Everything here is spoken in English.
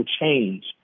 change